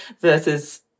versus